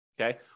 okay